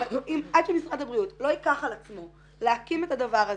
הם --- עד שמשרד הבריאות לא ייקח על עצמו להקים את הדבר הזה,